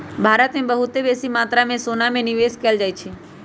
भारत में बहुते बेशी मत्रा में सोना में निवेश कएल जाइ छइ